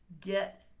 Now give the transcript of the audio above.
get